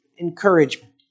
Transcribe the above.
encouragement